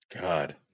God